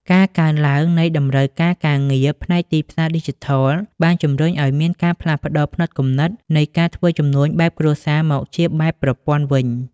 ការកើនឡើងនៃតម្រូវការការងារផ្នែកទីផ្សារឌីជីថល បានជំរុញឱ្យមានការផ្លាស់ប្តូរផ្នត់គំនិតនៃការធ្វើជំនួញបែបគ្រួសារមកជាបែបប្រព័ន្ធវិញ។